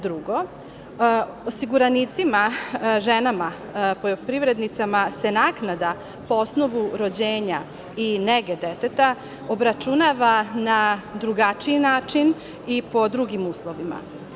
Drugo, osiguranicima, ženama poljoprivrednicama se naknada po osnovu rođenja i nege deteta obračunava na drugačiji način i po drugim uslovima.